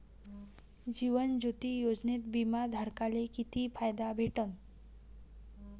जीवन ज्योती योजनेत बिमा धारकाले किती फायदा भेटन?